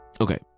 Okay